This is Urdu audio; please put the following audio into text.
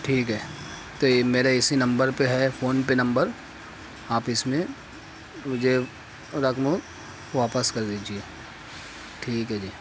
ٹھیک ہے تو میرا اسی نمبر پہ ہے فون پے نمبر آپ اس میں مجھے رقم واپس کر دیجیے ٹھیک ہے جی